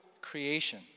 creation